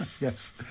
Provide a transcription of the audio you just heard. Yes